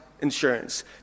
insurance